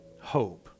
hope